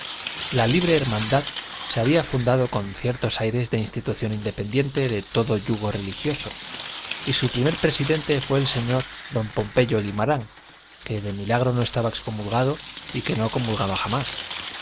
la libre hermandad se había fundado con ciertos aires de institución independiente de todo yugo religioso y su primer presidente fue el señor don pompeyo guimarán que de milagro no estaba excomulgado y que no comulgaba jamás